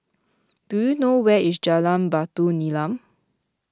do you know where is Jalan Batu Nilam